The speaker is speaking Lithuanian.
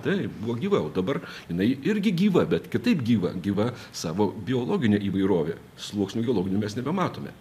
taip buvo gyva o dabar inai irgi gyva bet kitaip gyva gyva savo biologine įvairove sluoksnių geologinių mes nebematome